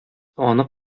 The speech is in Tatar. аны